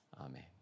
Amen